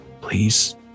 please